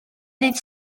ddydd